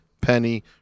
penny